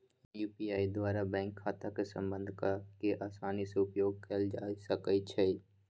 UPI द्वारा bank खता के संबद्ध कऽ के असानी से उपयोग कयल जा सकइ छै